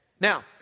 Now